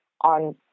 on